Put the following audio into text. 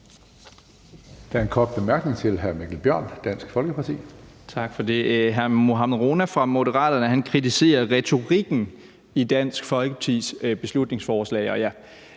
Der er en kort bemærkning til hr. Mikkel Bjørn, Dansk Folkeparti. Kl. 16:46 Mikkel Bjørn (DF): Tak for det. Hr. Mohammad Rona fra Moderaterne kritiserer retorikken i Dansk Folkepartis beslutningsforslag.